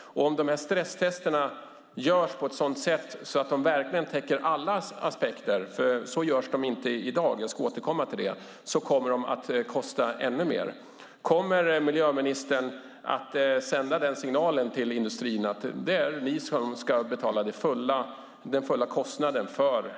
Om stresstesterna görs på ett sådant sätt att de verkligen täcker alla aspekter - det görs inte i dag, vilket jag ska återkomma till - kommer de att kosta ännu mer. Kommer miljöministern att sända den signalen till industrin att det är de som ska betala den fulla kostnaden för